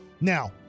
now